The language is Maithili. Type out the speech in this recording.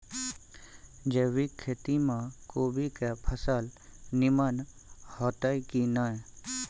जैविक खेती म कोबी के फसल नीमन होतय की नय?